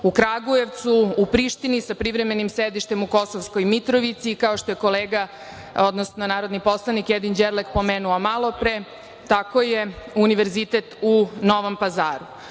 u Kragujevcu, u Prištini, sa privremenim sedištem u Kosovskoj Mitrovici, kao što je narodni poslanik Edin Đerlek pomenuo malopre, tako je, Univerzitet u Novom Pazaru. Ono